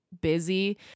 busy